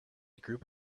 group